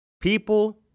People